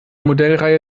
modellreihe